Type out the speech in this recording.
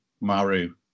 maru